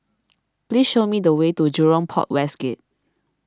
please show me the way to Jurong Port West Gate